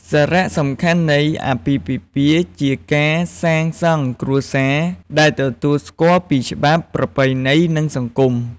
សារៈសំខាន់នៃអាពាហ៍ពិពាហ៍ជាការសាងសង់គ្រួសារដែលទទួលស្គាល់ពីច្បាប់ ប្រពៃណី និងសង្គម។